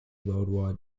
worldwide